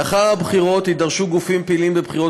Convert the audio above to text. לאחר הבחירות יידרשו גופים פעילים בבחירות